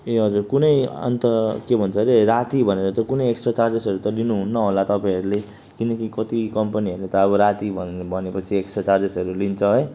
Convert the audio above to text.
ए हजुर कुनै अन्त के भन्छ अरे राति भनेर त कुनै एक्स्ट्रा चार्जहरू लिनुहुन्न होला तपाईँहरूले किनकि कति कम्पनीहरूले त अब राती भनेपछि एक्स्ट्रा चार्जेसहरू लिन्छ है